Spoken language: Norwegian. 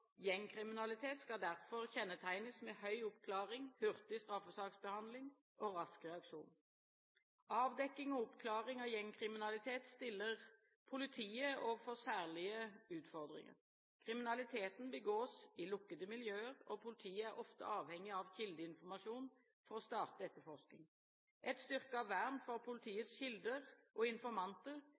gjengkriminalitet skal derfor kjennetegnes ved høy oppklaring, hurtig straffesaksbehandling og rask reaksjon. Avdekking og oppklaring av gjengkriminalitet stiller politiet overfor særlige utfordringer. Kriminaliteten begås i lukkede miljøer, og politiet er ofte avhengig av kildeinformasjon for å starte etterforsking. Et styrket vern for politiets kilder og informanter